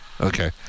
Okay